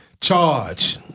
Charge